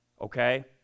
okay